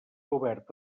obert